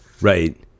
right